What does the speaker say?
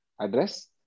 Address